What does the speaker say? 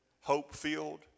hope-filled